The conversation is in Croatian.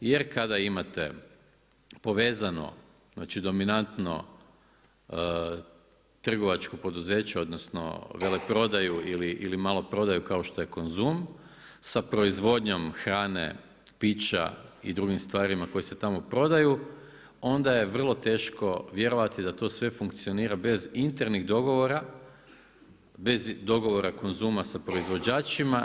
Jer kada imate povezano, znači dominantno trgovačko poduzeće, odnosno veleprodaju ili maloprodaju kao što je Konzum, sa proizvodnjom hrane, pića i drugim stvarima koje se tamo prodaju, onda je vrlo teško vjerovati da to sve funkcionira bez internih dogovora, bez dogovora Konzuma sa proizvođačima.